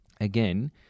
again